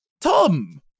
Tom